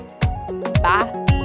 Bye